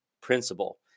Principle